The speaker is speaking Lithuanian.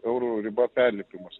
eurų riba perlipimas